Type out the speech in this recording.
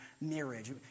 marriage